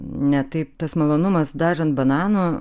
ne taip tas malonumas dažant bananu